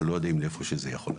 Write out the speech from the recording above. לא יודעים עד לאיפה זה יכול להתפתח.